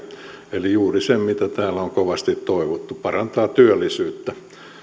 eli juuri se mitä täällä on kovasti toivottu parantaa työllisyyttä